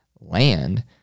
land